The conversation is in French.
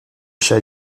chats